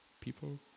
people